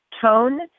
tone